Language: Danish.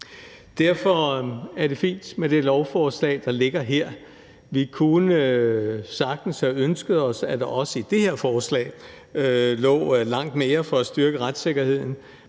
Derfor er det fint med det lovforslag, der ligger her. Vi kunne sagtens have ønsket os, at der også i det her forslag lå langt mere for at styrke retssikkerheden,